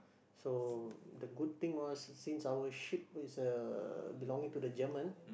so the good thing was since our ship is uh belonging to the German